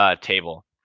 table